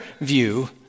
view